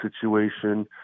situation